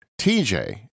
TJ